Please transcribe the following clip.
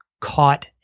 caught